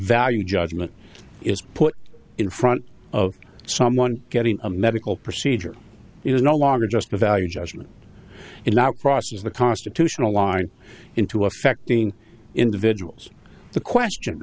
value judgment is put in front of someone getting a medical procedure is no longer just a value judgment it now crosses the constitutional line into affecting individuals the question